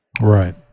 Right